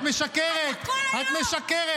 את משקרת, את משקרת.